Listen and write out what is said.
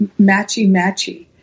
matchy-matchy